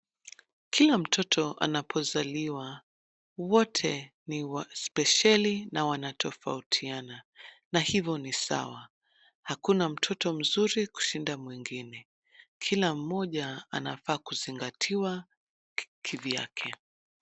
Kila mtoto anapozaliwa, wote ni wa spesheli na wanatofautiana na hivyo ni sawa. Hakuna mtoto mzuri kushinda mwingine. Kila mmoja anafaa kuzingatiwa kivyake.